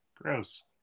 Gross